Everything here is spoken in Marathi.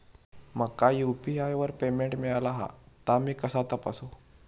माका यू.पी.आय वर पेमेंट मिळाला हा ता मी कसा तपासू?